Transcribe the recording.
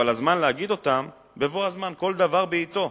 אבל הזמן להגיד אותן, בבוא הזמן, כל דבר בעתו.